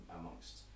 amongst